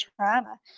trauma